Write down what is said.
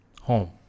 home